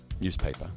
newspaper